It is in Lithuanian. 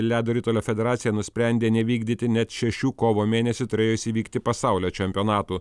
ledo ritulio federacija nusprendė nevykdyti net šešių kovo mėnesį turėjusių įvykti pasaulio čempionatų